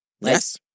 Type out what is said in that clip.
Yes